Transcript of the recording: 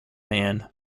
man